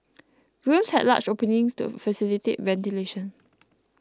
rooms had large openings to facilitate ventilation